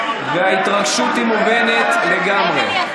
ההתרגשות היא מובנת לגמרי.